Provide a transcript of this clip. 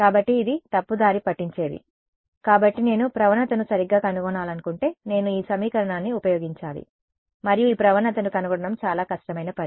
కాబట్టి ఇది తప్పుదారి పట్టించేది కాబట్టి నేను ప్రవణత ను సరిగ్గా కనుగొనాలనుకుంటే నేను ఈ సమీకరణాన్ని ఉపయోగించాలి మరియు ఈ ప్రవణతను కనుగొనడం చాలా కష్టమైన పని